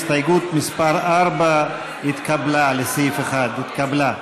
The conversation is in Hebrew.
הסתייגות מס' 4 לסעיף 1 התקבלה.